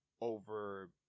over